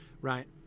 right